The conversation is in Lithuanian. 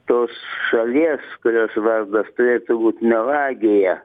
tos šalies kurios vardas turėtų būt melagija